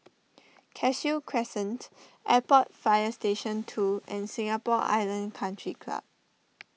Cashew Crescent Airport Fire Station two and Singapore Island Country Club